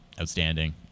outstanding